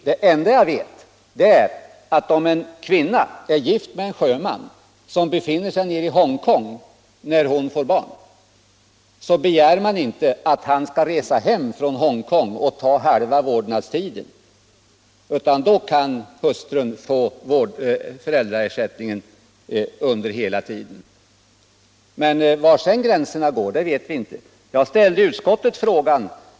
Det enda jag vet är att om en kvinna är gift med en sjöman som befinner sig i Hongkong när 57 hon får barn så begär man inte att han skall resa hem från Hongkong och ta halva vårdnadstiden. I stället kan hustrun få föräldraersättningen under hela tiden. Men var gränserna sedan går vet vi inte. Jag ställde en fråga om detta i utskottet.